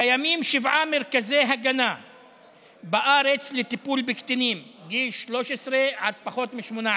קיימים שבעה מרכזי הגנה בארץ לטיפול בקטינים מגיל 13 עד פחות מ-18